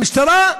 המשטרה,